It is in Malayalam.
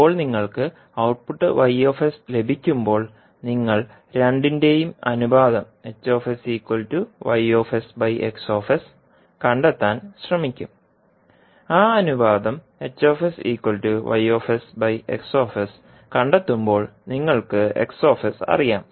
ഇപ്പോൾ നിങ്ങൾക്ക് ഔട്ട്പുട്ട് ലഭിക്കുമ്പോൾ നിങ്ങൾ രണ്ടിന്റെയും അനുപാതം കണ്ടെത്താൻ ശ്രമിക്കും ആ അനുപാതം കണ്ടെത്തുമ്പോൾ നിങ്ങൾക്ക് അറിയാം